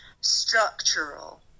structural